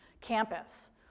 campus